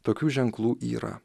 tokių ženklų yra